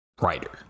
writer